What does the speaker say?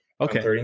Okay